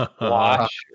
Watch